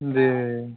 जी